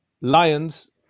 lions